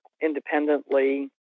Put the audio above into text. independently